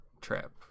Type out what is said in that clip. trip